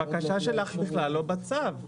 הבקשה שלך בכלל לא בצו.